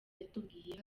yatubwiye